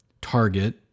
target